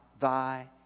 thy